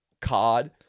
cod